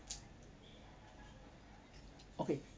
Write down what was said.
okay